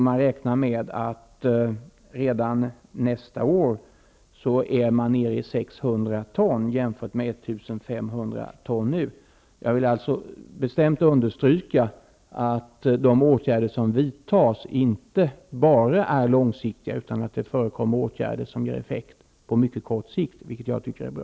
Man räknar med att man redan nästa år skall vara nere i 600 ton -- Jag vill bestämt understryka att de åtgärder som vidtas inte bara är långsiktiga. Det förekommer åtgärder som ger effekt på mycket kort sikt, vilket jag tycker är bra.